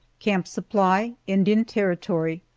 camp supply, indian territory,